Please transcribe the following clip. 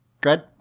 Good